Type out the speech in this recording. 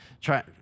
try